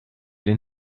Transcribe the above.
den